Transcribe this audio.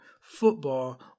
football